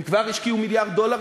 הם כבר השקיעו מיליארד דולר,